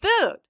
food